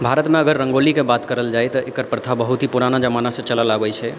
भारतमे अगर रङ्गोलीके बात करल जाइ तऽ एकर प्रथा बहुत ही पुराना जमानासँ चलल अबै छै